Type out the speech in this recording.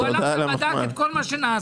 הוא הלך ובדק את כל מה שנעשה.